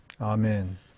Amen